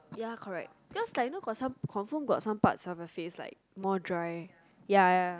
ya correct because like you know some confirm got some parts of your face like more dry ya ya